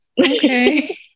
Okay